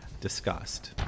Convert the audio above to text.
discussed